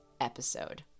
episode